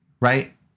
right